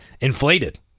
inflated